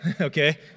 okay